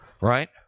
right